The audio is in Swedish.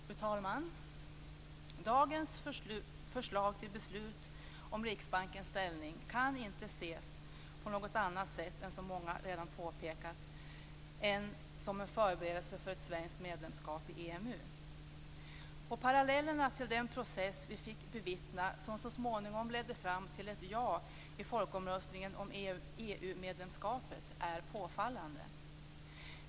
Fru talman! Dagens förslag till beslut om Riksbankens ställning kan inte ses på något annat sätt, som många redan har påpekat, än som en förberedelse för ett svensk medlemskap i EMU. Parallellerna till den process vi fick bevittna som så småningom ledde fram till ett ja i folkomröstningen om EU medlemskapet är påfallande.